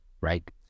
right